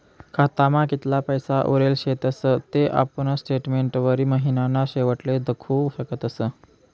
खातामा कितला पैसा उरेल शेतस ते आपुन स्टेटमेंटवरी महिनाना शेवटले दखु शकतस